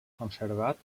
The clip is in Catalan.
conservat